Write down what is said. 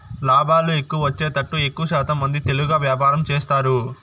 లాభాలు ఎక్కువ వచ్చేతట్టు ఎక్కువశాతం మంది తెలివిగా వ్యాపారం చేస్తారు